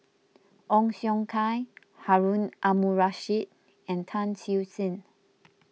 Ong Siong Kai Harun Aminurrashid and Tan Siew Sin